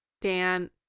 Dan